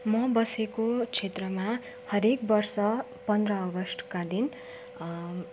म बसेको क्षेत्रमा हरेक वर्ष पन्ध्र अगस्तका दिन